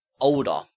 older